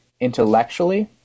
intellectually